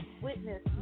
witness